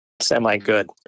semi-good